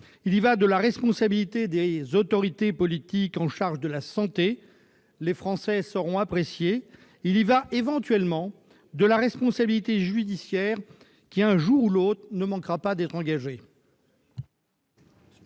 Il y va de la responsabilité des autorités politiques en charge de la santé- les Français sauront apprécier. Il y va éventuellement de leur responsabilité judiciaire, qui, un jour ou l'autre, ne manquera pas d'être engagée.